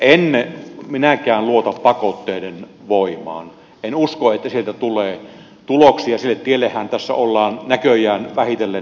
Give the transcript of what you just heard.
en minäkään luota pakotteiden voimaan en usko että sieltä tulee tuloksia sille tiellehän tässä ollaan näköjään vähitellen joutumassa